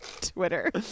Twitter